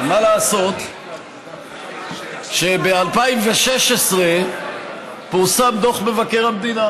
מה לעשות שב-2016 פורסם דוח מבקר המדינה,